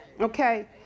okay